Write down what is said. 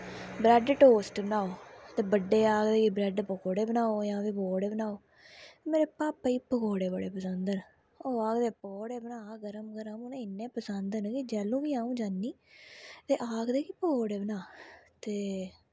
bread toast बनाओ ते बड्डे आक्खदे कि ब्रैड पकौड़े बनाओ जां फ्ही पकौड़े बनाओ मेरे पापे गी पकौड़े बड़े पसंद न ओह् आक्खदे पकौड़े बना गर्म गर्म उनें इन्ने पसंद न कि जैह्लूं बी अऊं जन्नी ते आक्खदे कि पकौड़े बना तेे